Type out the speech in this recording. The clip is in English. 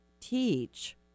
teach